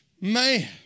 Man